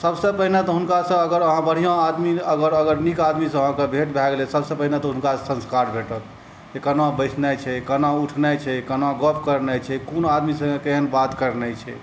सबसऽ पहिने तँ हुनकासँ अगर अहाँ बढ़िऑं आदमी अगर अगर नीक आदमीसए अहाँके भेँट भए गेलय सबसँ पहिने तँ हुनकासॅं संस्कार भेटत जे केना बैसनाइ छै केना उठनाइ छै केना गप करनाइ छै कोन आदमीसॅं केहन बात करनाइ छै